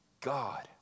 God